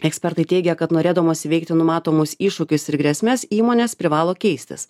ekspertai teigia kad norėdamos įveikti numatomus iššūkius ir grėsmes įmonės privalo keistis